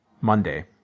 Monday